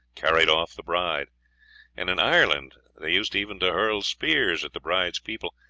carried off the bride and in ireland they used even to hurl spears at the bride's people,